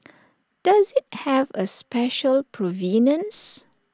does IT have A special provenance